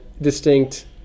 distinct